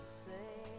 say